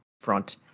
front